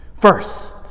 First